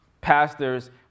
Pastors